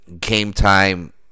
game-time